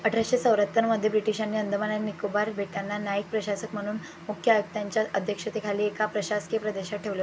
अठराशे चौऱ्याहत्तरमध्ये ब्रिटिशांनी अंदमान आणि निकोबार बेटांना न्यायिक प्रशासक म्हणून मुख्य आयुक्तांच्या अध्यक्षतेखालील एका प्रशासकीय प्रदेशात ठेवले